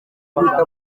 biruta